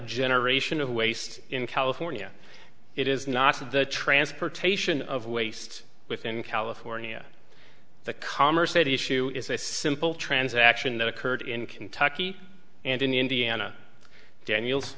generation of waste in california it is not of the transportation of waste within california the commerce a the issue is a simple transaction that occurred in kentucky and in indiana daniel